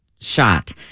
shot